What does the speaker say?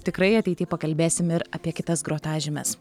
tikrai ateity pakalbėsim ir apie kitas grotažymes